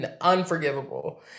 unforgivable